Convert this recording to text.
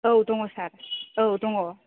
औ दङ सार औ दङ